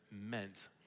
meant